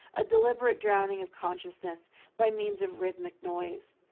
a deliberate drowning of consciousness by means of rhythmic noise.